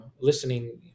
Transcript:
listening